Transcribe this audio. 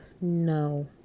No